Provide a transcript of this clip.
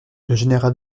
général